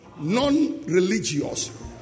non-religious